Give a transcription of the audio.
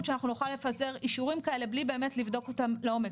שנוכל לפזר אישורים כאלה בלי באמת לבדוק אותם לעומק.